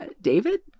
David